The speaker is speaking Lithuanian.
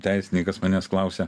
teisininkas manęs klausia